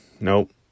Nope